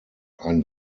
ein